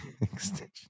extension